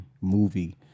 movie